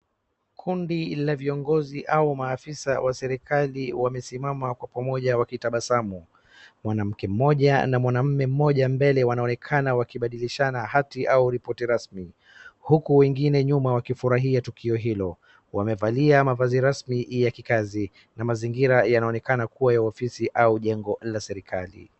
Kundi la viongozi au maafisa wa serikali wamesimama kwa pamoja wakitabasamu . Mwanamke mmoja na mwanume mmoja mbele wanaokena wakibadilisha hati au repoti rasmi. Huku wengine nyuma wakifurahia tukio hilo . Wamevalia mavazi rasmi ya kikazi na mazingira yanaonekana la ofisi au jengo la serikali.